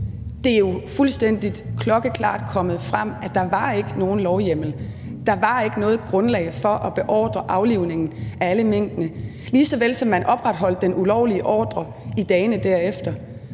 Det er jo fuldstændig klokkeklart kommet frem, at der ikke var nogen lovhjemmel, at der ikke var noget grundlag for at beordre aflivning af alle minkene, ligeså vel som at man opretholdt den ulovlige ordre i dagene derefter.